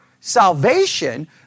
salvation